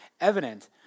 evident